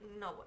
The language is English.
no